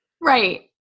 Right